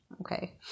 Okay